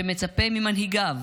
שמצפה ממנהיגיו,